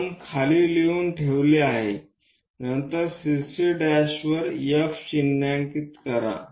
आपण खाली लिहून ठेवले आहे नंतर CC' वर F चिन्हांकित करा